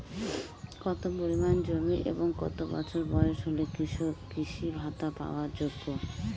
কত পরিমাণ জমি এবং কত বছর বয়স হলে কৃষক কৃষি ভাতা পাওয়ার যোগ্য?